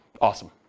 Awesome